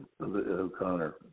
O'Connor